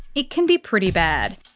it can be pretty bad.